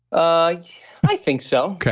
i i think so.